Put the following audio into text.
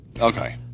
Okay